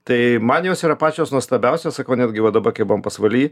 tai man jos yra pačios nuostabiausios sakau netgi va dabar kai buvom pasvaly